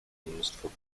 mnóstwo